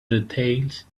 details